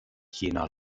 jena